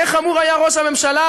איך אמור היה ראש הממשלה,